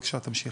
בבקשה, תמשיכי.